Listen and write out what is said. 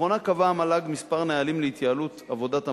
לאחרונה קבעה המועצה להשכלה גבוהה כמה נהלים להתייעלות עבודת המערכת,